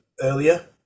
earlier